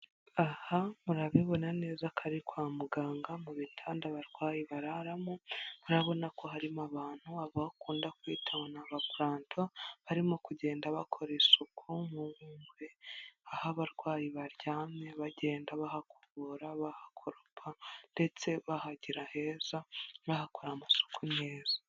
Aha murabibona neza kari kwa muganga mu bitanda abarwayi bararamo, murabona ko harimo abantu baba bakunda kwita ngo abapuranto barimo kugenda bakora isuku muwe aho abarwayi baryamye bagenda bahakubura bahakoropa ndetse bahagera heza bahakora amasuku meza.